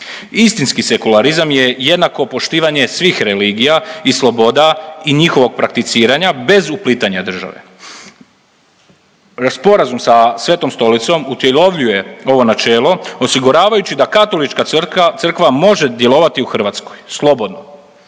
Istinski sekularizam je jednako poštivanje svih religija i sloboda i njihovog prakticiranja bez uplitanja države. Sporazum sa Svetom Stolicom utjelovljuje ovo načelo, osiguravajući da Katolička Crkva može djelovati u Hrvatskoj slobodno,